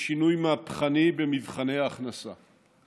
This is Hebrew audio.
להקטין את התלות בין הכנסת הנכה מעבודתו,